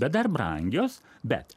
bet dar brangios bet